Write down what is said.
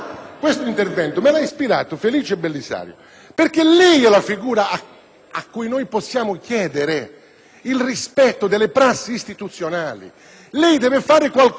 a cui noi possiamo chiedere il rispetto delle prassi istituzionali. Lei, quindi, deve fare qualcosa perché la minoranza sia tutelata in un suo imprescindibile diritto;